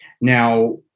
Now